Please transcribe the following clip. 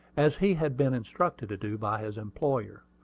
as he had been instructed to do by his employer.